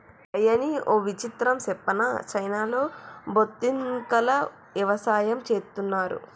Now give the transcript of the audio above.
అయ్యనీ ఓ విచిత్రం సెప్పనా చైనాలో బొద్దింకల యవసాయం చేస్తున్నారు